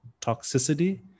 toxicity